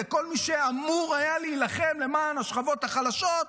שכל מי שאמור היה להילחם למען השכבות החלשות,